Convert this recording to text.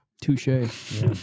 Touche